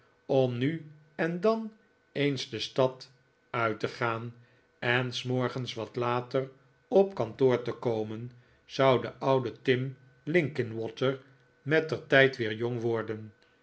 om nu en dan eens de stad uit te gaan en s morgens wat later op kantoor te komen zou de oude tim linkinwater mettertijd weer jong worden